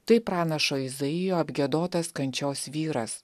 tai pranašo izaijo apgiedotas kančios vyras